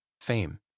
fame